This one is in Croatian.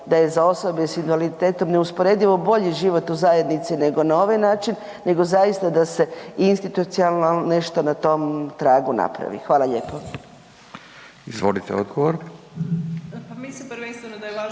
da je za osobe s invaliditetom neusporedivo bolji život u zajednici nego na ovaj način, nego zaista da se institucionalno nešto na tom tragu napravi. Hvala lijepo. **Radin, Furio